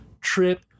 Trip